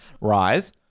Rise